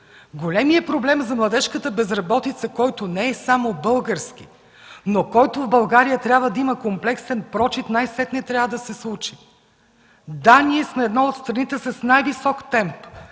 Големият проблем за младежката безработица, който не е само български, но който в България трябва да има комплексен прочит, най-сетне трябва да се случи. Да, ние сме една от страните с най-висок темп